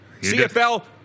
CFL